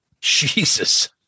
Jesus